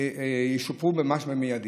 ישופרו ממש מיידית.